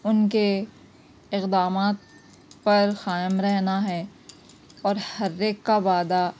ان کے اقدامات پر قائم رہنا ہے اور ہر ایک کا وعدہ